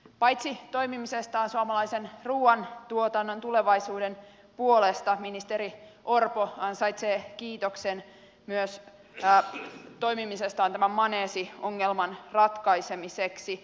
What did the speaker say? paitsi toimimisestaan suomalaisen ruuantuotannon tulevaisuuden puolesta ministeri orpo ansaitsee kiitoksen myös toimimisestaan tämän maneesiongelman ratkaisemiseksi